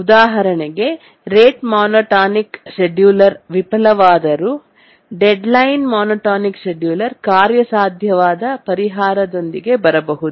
ಉದಾಹರಣೆಗೆ rate monotonic scheduler ವಿಫಲವಾದರು deadline monotonic scheduler ಕಾರ್ಯಸಾಧ್ಯವಾದ ಪರಿಹಾರದೊಂದಿಗೆ ಬರಬಹುದು